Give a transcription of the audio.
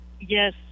Yes